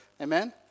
Amen